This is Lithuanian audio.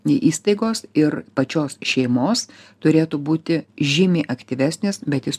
nei įstaigos ir pačios šeimos turėtų būti žymiai aktyvesnis bet jis